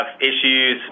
issues